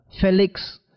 Felix